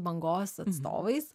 bangos atstovais